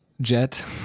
jet